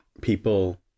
people